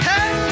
Hey